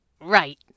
Right